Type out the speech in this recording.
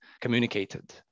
communicated